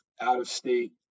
out-of-state